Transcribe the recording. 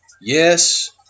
Yes